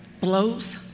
blows